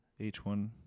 H1